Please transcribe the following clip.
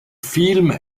film